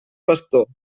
pastor